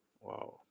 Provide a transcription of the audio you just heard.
Wow